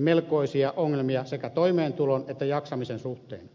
melkoisia ongelmia sekä toimeentulon että jaksamisen suhteen